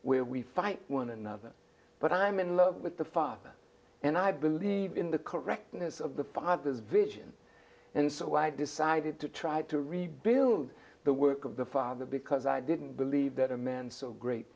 where we fight one another but i'm in love with the father and i believe in the correctness of the father's vision and so i decided to try to rebuild the work of the father because i didn't believe that a man so great